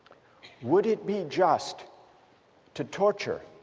would it be just to torture